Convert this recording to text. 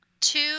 two